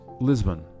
Lisbon